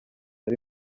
ari